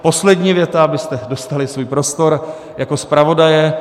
Poslední věta, abyste dostali svůj prostor, jako zpravodaje.